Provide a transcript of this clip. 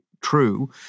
true